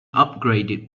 upgraded